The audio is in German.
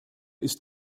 ist